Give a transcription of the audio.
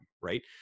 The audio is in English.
right